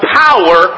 power